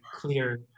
clear